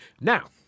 Now